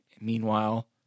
Meanwhile